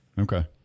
Okay